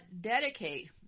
dedicate